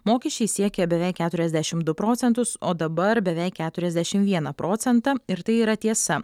mokesčiai siekia beveik keturiasdešim du procentus o dabar beveik keturiasdešim vieną procentą ir tai yra tiesa